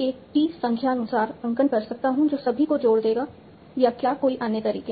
एक t संख्यानुसार अंकन कर सकता हूं जो सभी को जोड़ देगा या क्या कोई अन्य तरीके हैं